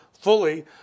fully